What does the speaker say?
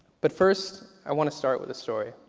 but first i want to start with a story.